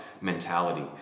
mentality